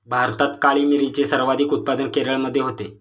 भारतात काळी मिरीचे सर्वाधिक उत्पादन केरळमध्ये होते